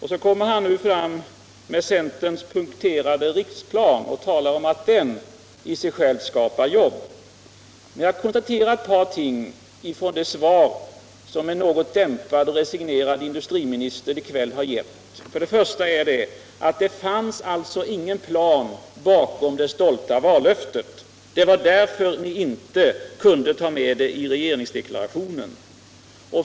Herr talman! Herr Åsling talade om skåpmat för en stund sedan och så drar han fram centerns punkterade riksplan och talar om att den i sig själv skapar jobb. Jag konstaterar ett par ting i det svar som en dämpad och resignerad industriminister i kväll lämnat. För det första fanns det alltså ingen plan bakom det stolta vallöftet. Det var därför ni inte kunde ta med det i regeringsdeklarationen.